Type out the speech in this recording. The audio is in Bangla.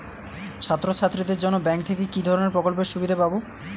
ছাত্রছাত্রীদের জন্য ব্যাঙ্ক থেকে কি ধরণের প্রকল্পের সুবিধে পাবো?